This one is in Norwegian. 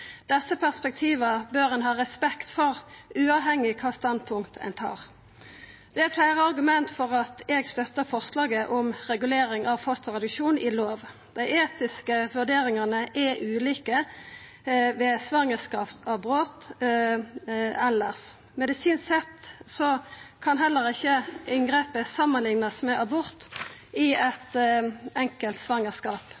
Desse perspektiva bør ein ha respekt for, uavhengig av kva standpunkt ein tar. Det er fleire argument for at eg støttar forslaget om regulering av fosterreduksjon i lov. Dei etiske vurderingane er ulike ved svangerskapsavbrot elles. Medisinsk sett kan heller ikkje inngrepet samanliknast med abort i